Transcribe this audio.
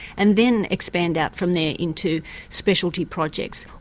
and then expand out from there into specialty projects.